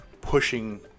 pushing